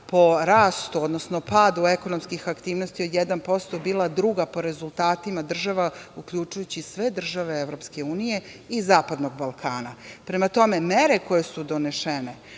po rastu, odnosno padu ekonomskih aktivnosti od 1% bila druga po rezultatima država uključujući sve države EU i zapadnog Balkana. Prema tome, mere koje su donošene